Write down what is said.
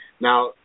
Now